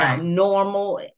normal